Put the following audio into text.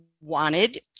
wanted